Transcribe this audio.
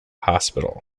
hospital